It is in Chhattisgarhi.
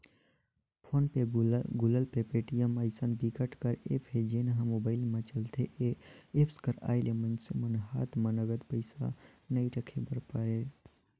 फोन पे, गुगल पे, पेटीएम अइसन बिकट कर ऐप हे जेन ह मोबाईल म चलथे ए एप्स कर आए ले मइनसे ल हात म नगद पइसा नइ राखे बर परय